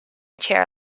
chair